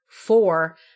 four